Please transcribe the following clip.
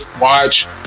watch